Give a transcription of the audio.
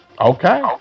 Okay